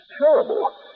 terrible